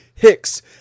Hicks